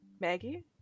maggie